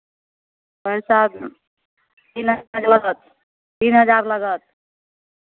पैसा तीन हजार लागत तीन हजार लागत